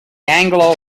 anglo